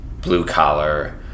blue-collar